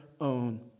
own